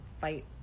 fight